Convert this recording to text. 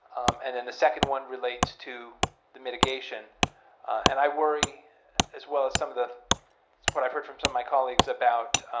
and then the second one relates to the mitigation and i worry as well as some of the what i've heard from some of my colleagues about